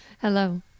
Hello